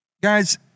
Guys